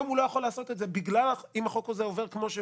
אלא שאם החוק הזה יעבור כמו שהוא,